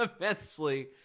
immensely